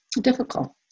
difficult